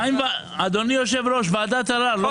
מה עם, אדוני היושב-ראש, ועדת הערר?